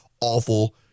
Awful